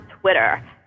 Twitter